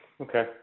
Okay